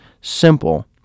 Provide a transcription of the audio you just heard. Simple